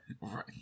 Right